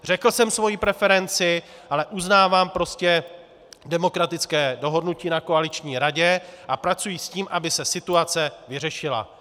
Řekl jsem svoji preferenci, ale uznávám demokratické dohodnutí na koaliční radě a pracuji s tím, aby se situace vyřešila.